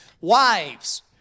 Wives